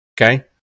okay